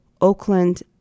Oakland